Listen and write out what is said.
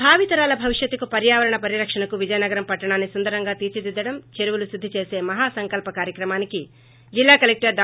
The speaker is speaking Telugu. భావి తరాల భవిష్యత్తుకు పర్యావరణ పరిరక్షణకు విజయనగరం పట్లణాన్ని సుందరంగా తీర్పిదిద్దడం చెరువులు శుద్దిచేసే మహా సంకల్స కార్యక్రమానికి జిల్లా కలక్షరు డా